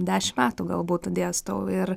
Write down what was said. dešim metų galbūt dėstau ir